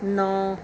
ਨੌਂ